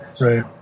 right